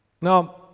Now